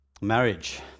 Marriage